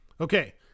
Okay